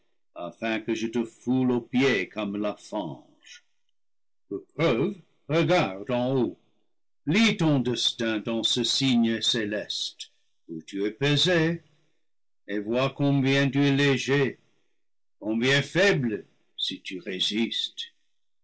afin que je te foule aux pieds comme la fange pour preuve regarde en haut lis ton destin dans ce signe céleste où tu es pesé et vois combien tu es léger combien faible si lu résistes